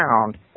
found